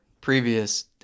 previous